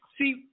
See